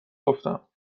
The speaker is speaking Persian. گفتم